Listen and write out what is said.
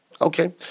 Okay